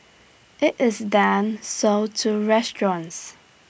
IT is then sold to restaurants